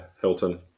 Hilton